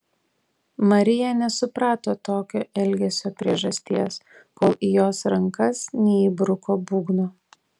marija nesuprato tokio elgesio priežasties kol į jos rankas neįbruko būgno